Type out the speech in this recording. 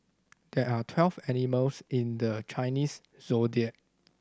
there are twelve animals in the Chinese Zodiac